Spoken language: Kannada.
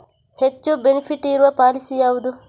ಹೆಚ್ಚು ಬೆನಿಫಿಟ್ ಇರುವ ಪಾಲಿಸಿ ಯಾವುದು?